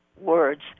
words